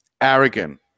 arrogant